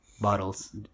bottles